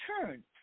turn